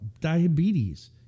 Diabetes